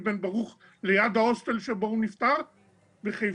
בן ברוך ליד ההוסטל שבו הוא נפטר בחיפה.